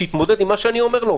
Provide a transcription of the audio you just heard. יתמודד עם מה שאני אומר לו.